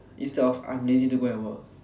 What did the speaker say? instead of I'm lazy to go and work